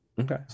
Okay